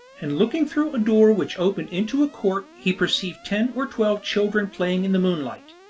and looking through a door which opened into a court he perceived ten or twelve children playing in the moonlight.